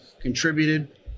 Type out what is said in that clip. contributed